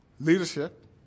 leadership